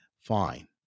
Fine